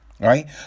right